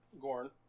Gorn